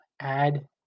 Add